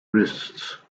wrists